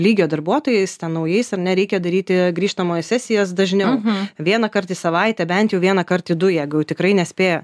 lygio darbuotojais ten naujais ar ne reikia daryti grįžtamojo sesijas dažniau vieną kart į savaitę bent vieną kart į du jeigu jau tikrai nespėja